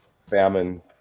famine